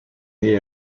the